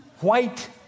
white